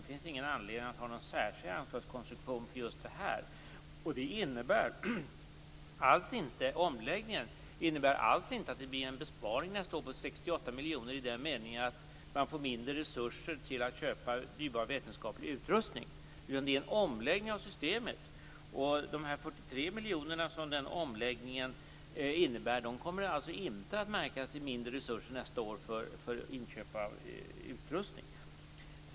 Det finns ingen anledning att ha någon särskild anslagskonstruktion just här. Det innebär alls inte några omläggningar. Det innebär alls inte att det blir en besparing nästa år på 68 miljoner i den meningen att man får mindre resurser till att köpa dyrbar vetenskaplig utrustning. Det handlar om en omläggning av systemet. De 43 miljoner kronor som den omläggningen innebär kommer inte att märkas i form av mindre resurser nästa år för inköp av utrustning.